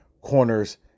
corners